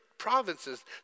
provinces